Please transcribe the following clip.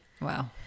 Wow